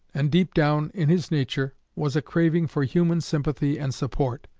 and deep down in his nature was a craving for human sympathy and support.